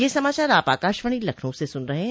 ब्रे क यह समाचार आप आकाशवाणी लखनऊ से सुन रहे हैं